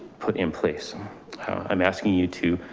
put in place i'm asking you to,